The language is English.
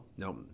No